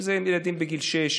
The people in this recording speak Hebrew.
אם זה ילדים בגיל שש,